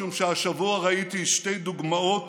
משום שהשבוע ראיתי שתי דוגמאות